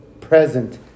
present